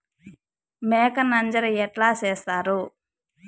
మేక నంజర ఎట్లా సేస్తారు?